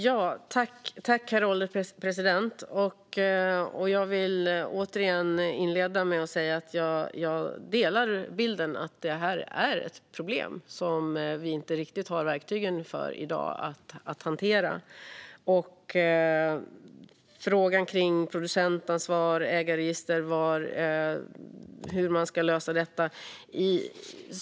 Herr ålderspresident! Jag vill återigen inleda med att säga att jag delar bilden att detta är ett problem som vi i dag inte riktigt har verktyg för att hantera. Det finns frågor kring producentansvar, ägarregister och hur man ska lösa detta.